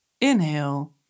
Inhale